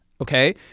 Okay